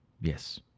Yes